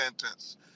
sentence